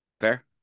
Fair